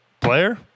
player